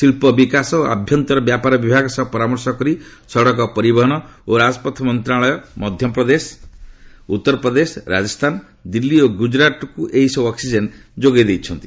ଶିଳ୍ପ ବିକାଶ ଓ ଆଭ୍ୟନ୍ତର ବ୍ୟାପାର ବିଭାଗ ସହ ପରାମର୍ଶ କରି ସଡକ ପରିବହନ ଓ ରାଜପଥ ମନ୍ତ୍ରଣାଳୟ ମଧ୍ୟପ୍ରଦେଶ ଉତ୍ତରପ୍ରଦେଶ ରାଜସ୍ଥାନ ଦିଲ୍ଲୀ ଓ ଗୁଜରାଟ୍ରୁ ଏହି ସବୁ ଅକ୍କିଜେନ ଯୋଗାଇ ଦେଇଛି